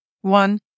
one